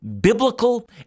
biblical